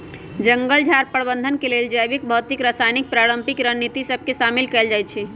जंगल झार प्रबंधन के लेल जैविक, भौतिक, रासायनिक, पारंपरिक रणनीति सभ के शामिल कएल जाइ छइ